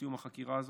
בסיום החקירה הזאת,